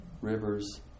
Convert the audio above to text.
rivers